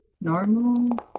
normal